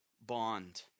bond